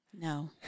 No